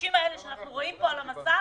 האנשים האלה שאנחנו רואים פה על המסך